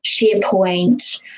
SharePoint